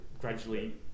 gradually